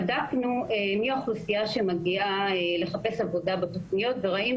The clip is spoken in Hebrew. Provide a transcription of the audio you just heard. בדקנו מי האוכלוסייה שמגיעה לחפש עבודה וראינו